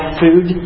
food